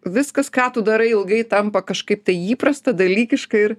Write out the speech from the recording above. viskas ką tu darai ilgai tampa kažkaip tai įprasta dalykiškai ir